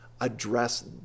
address